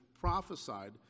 prophesied